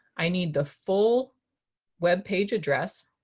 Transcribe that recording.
i need the full webpage address